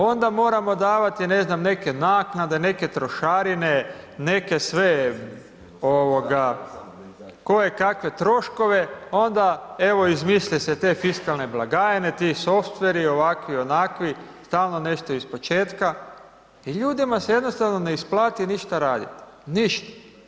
Onda moramo davati ne znam neke naknade, neke trošarine, neke sve koje kakve troškove onda evo izmisle se te fiskalne blagajne, ti software-i, ovakvi, onakvi, stalno nešto ispočetka i ljudima se jednostavno ne isplati ništa raditi, ništa.